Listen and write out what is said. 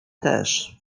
też